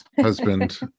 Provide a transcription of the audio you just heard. husband